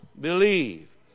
believe